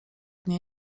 nie